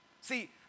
See